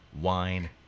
wine